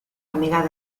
amiga